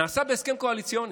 נעשה בהסכם קואליציוני.